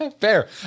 Fair